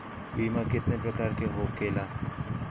बीमा केतना प्रकार के होखे ला?